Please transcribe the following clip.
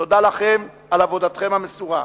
תודה לכם על עבודתכם המסורה.